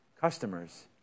customers